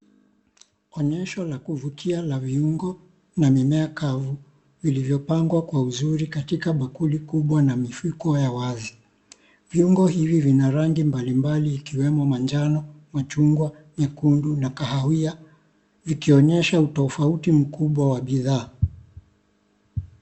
Onyesho la kuvutia la viungo na mimea kavu viliyopangwa kwa uzuri katika bakuli kubwa na mifuko ya wazi. Viungo hivi vina rangi mbali mbali ikiwemo majano, machungwa, nyekundu na kahawia. Vikionyesha utofauti mkubwa wa bidhaa.